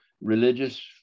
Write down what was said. religious